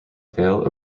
vale